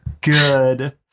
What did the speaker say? Good